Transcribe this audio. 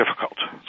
difficult